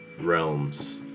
realms